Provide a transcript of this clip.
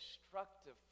destructive